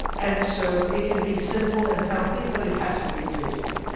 and so it can be simple and healthy but it has to be tasty.